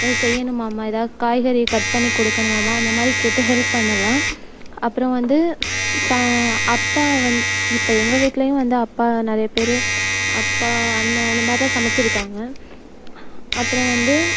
ஏதாது செய்யணுமா அம்மா ஏதாவது காய்கறியை கட் பண்ணி கொடுக்கணுமா அம்மா இந்தமாதிரி கேட்டு ஹெல்ப் பண்ணலாம் அப்புறம் வந்து சா அப்பா வந்து இப்போ எங்கள் வீட்டுலேயும் வந்து அப்பா நிறைய பேர் அப்பா அண்ணன் அந்தமாதிரிலாம் சமைச்சுருக்காங்க அப்புறம் வந்து